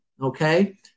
Okay